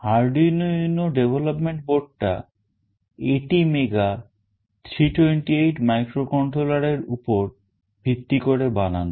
Arduino UNO development board টা ATmega 328 microcontroller এর উপর ভিত্তি করে বানানো